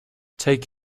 take